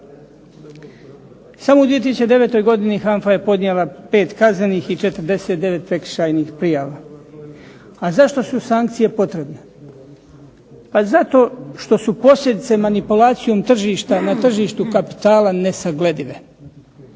Samo u 2009. godini HANFA je podnijela 5 kaznenih i 49 prekršajnih prijava, a zašto su sankcije potrebne? Pa zato što su posljedice manipulacijom tržišta na tržištu kapitala nesagledive,